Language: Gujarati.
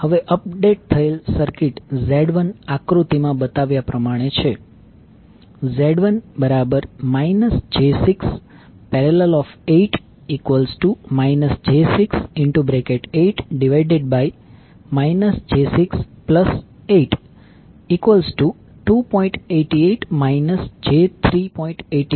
હવે અપડેટ થયેલ સર્કિટ Z1 આકૃતિમાં બતાવ્યા પ્રમાણે છે Z1 j6||8 j68 j682